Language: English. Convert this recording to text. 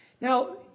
Now